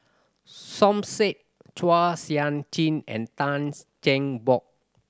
Som Said Chua Sian Chin and Tans Cheng Bock